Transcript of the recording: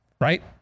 Right